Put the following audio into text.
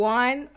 one